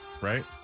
right